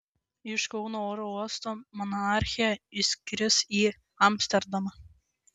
iš kauno oro uosto monarchė išskris į amsterdamą